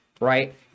right